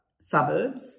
suburbs